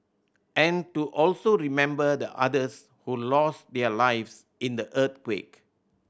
and to also remember the others who lost their lives in the earthquake